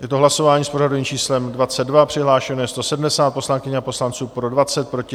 Je to hlasování s pořadovým číslem 22, přihlášeno je 170 poslankyň a poslanců, pro 20, proti 27.